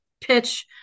pitch